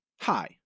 Hi